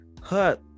hurt